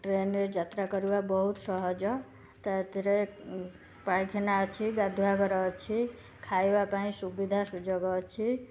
train ରେ ଯାତ୍ରା କରିବା ବହୁତ ସହଜ ତାଧିଅରେ ପାଇଖିନା ଅଛି ଗାଧୁଆ ଘର ଅଛି ଖାଇବା ପାଇଁ ସୁବିଧା ସୁଯୋଗ ଅଛି